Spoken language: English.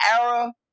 Era